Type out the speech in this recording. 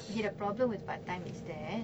okay problem with part time is that